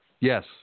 Yes